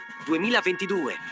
2022